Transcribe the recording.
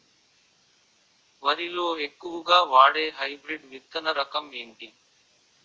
వరి లో ఎక్కువుగా వాడే హైబ్రిడ్ విత్తన రకం ఏంటి?